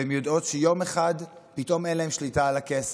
והן יודעות שיום אחד פתאום אין להן שליטה על הכסף,